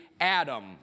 Adam